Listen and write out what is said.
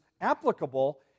applicable